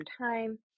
time